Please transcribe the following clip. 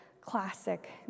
Classic